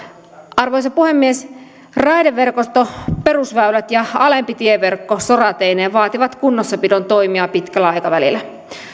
arvoisa puhemies raideverkosto perusväylät ja alempi tieverkko sorateineen vaativat kunnossapidon toimia pitkällä aikavälillä